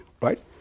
Right